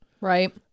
right